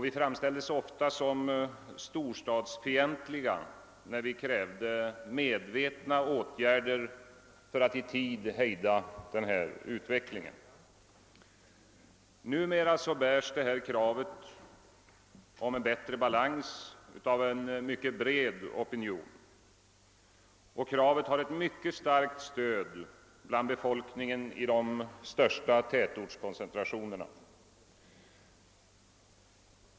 Vi framställdes ofta som storstadsfientliga när vi krävde medvetna åtgärder för att i tid hejda utvecklingen. Numera bärs kravet på en bättre balans upp av en mycket bred opinion, och detta krav har starkt stöd bland befolkningen i de största tätortskoncentrationerna.